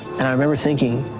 and i remember thinking,